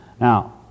Now